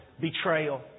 betrayal